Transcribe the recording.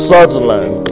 Sutherland